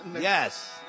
Yes